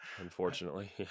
Unfortunately